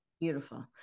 Beautiful